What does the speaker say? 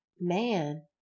man